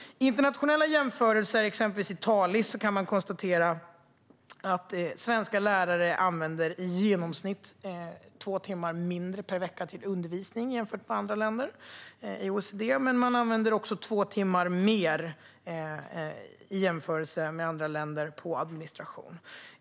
I internationella jämförelser, exempelvis Vitalis, kan man konstatera att svenska lärare använder i genomsnitt två timmar mindre per vecka till undervisning jämfört med lärare i andra länder i OECD. Man använder också två timmar mer än andra länder till administration.